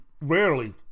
rarely